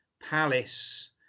Palace